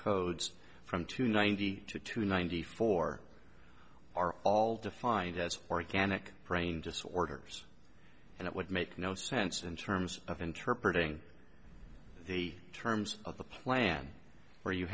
codes from two ninety two to ninety four are all defined as for cannick brain disorders and it would make no sense in terms of interpretating the terms of the plan where you